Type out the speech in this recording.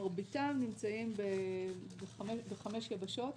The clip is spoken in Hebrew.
מרביתם נמצאים בחמש יבשות,